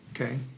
Okay